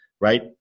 right